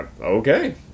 Okay